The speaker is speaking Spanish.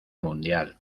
mundial